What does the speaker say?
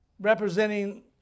Representing